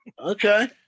Okay